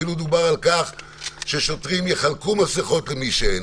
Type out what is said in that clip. אפילו דובר על כך ששוטרים יחלקו מסכות למי שאין.